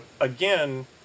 again